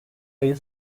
ayı